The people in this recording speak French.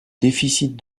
déficit